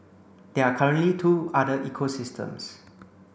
there are currently two other ecosystems